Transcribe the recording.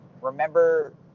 remember